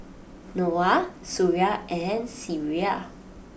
Noah Suria and Syirah